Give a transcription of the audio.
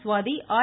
Swathi R